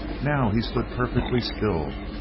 now he stood perfectly still,